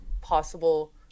possible